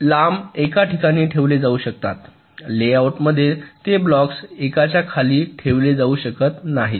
लांब एका ठिकाणी ठेवले जाऊ शकतात लेआउटमध्ये ते ब्लॉक्स एकाच्या खाली ठेवले जाऊ शकत नाहीत